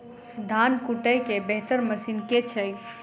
धान कुटय केँ बेहतर मशीन केँ छै?